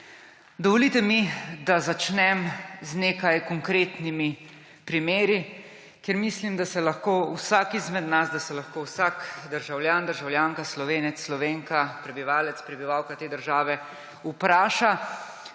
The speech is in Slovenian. Dovolite mi, da začnem z nekaj konkretnimi primeri, kjer mislim, da se lahko vsak izmed nas, da se lahko vsak državljan, državljanka, Slovenec, Slovenka, prebivalec, prebivalka te države vpraša,